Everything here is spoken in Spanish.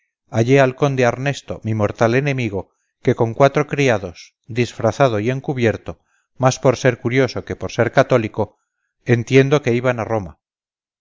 hallé al conde arnesto mi mortal enemigo que con cuatro criados disfrazado y encubierto más por ser curioso que por ser cathólico entiendo que iba a roma